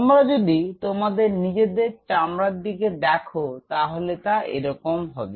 তোমরা যদি তোমাদের নিজেদের চামড়ার দিকে দেখো তাহলে তা এরকম হবে